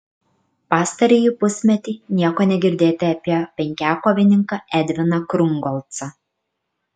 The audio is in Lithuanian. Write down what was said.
pastarąjį pusmetį nieko negirdėti apie penkiakovininką edviną krungolcą